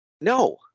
No